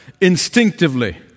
instinctively